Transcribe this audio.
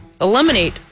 eliminate